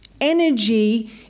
energy